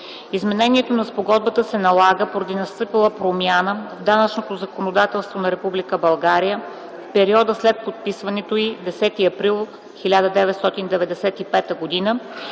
Изменението на Спогодбата се налага поради настъпилата промяна в данъчното законодателство на Република България в периода след подписването й – 10 април 1995 г.